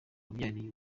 wabyariye